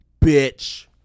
bitch